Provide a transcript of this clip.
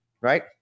right